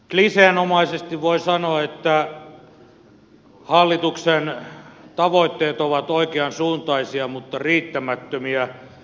kliseenomaisesti voi sanoa että hallituksen tavoitteet ovat oikean suuntaisia mutta riittämättömiä